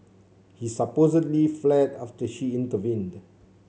he supposedly fled after she intervened